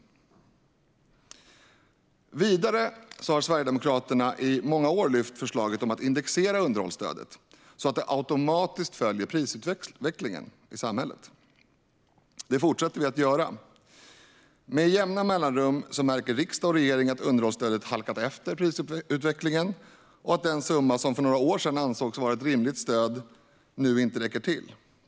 Ny åldersdifferentie-ring inom underhålls-stödet Vidare har Sverigedemokraterna i många år lyft förslaget om att indexera underhållsstödet, så att det automatiskt följer prisutvecklingen i samhället. Det fortsätter vi att göra. Med jämna mellanrum märker riksdag och regering att underhållsstödet halkat efter prisutvecklingen och att den summa som för några år sedan ansågs vara ett rimligt stöd nu inte räcker till.